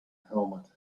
helmet